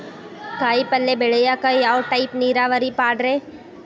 ಕಾಯಿಪಲ್ಯ ಬೆಳಿಯಾಕ ಯಾವ ಟೈಪ್ ನೇರಾವರಿ ಪಾಡ್ರೇ?